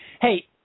Hey